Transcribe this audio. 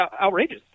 outrageous